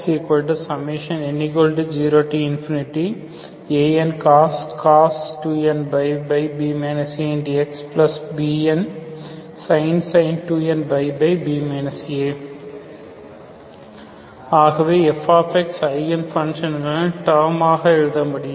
fxn0ancos 2nπb a xbnsin 2nπb ax ஆகவே f eigen ஃபங்ஷன்களின் term ஆக எழுத முடியும்